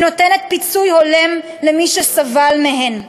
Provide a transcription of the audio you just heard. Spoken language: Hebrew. היא נותנת פיצוי הולם למי שסבל מהן.